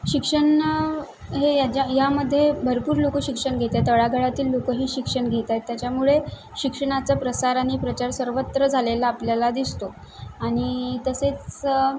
शिक्षण हे याच्या यामध्ये भरपूर लोकं शिक्षण घेतात तळागाळातील लोकंही शिक्षण घेत आहेत त्याच्यामुळे शिक्षणाचा प्रसार आणि प्रचार सर्वत्र झालेला आपल्याला दिसतो आणि तसेच